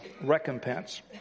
recompense